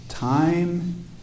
Time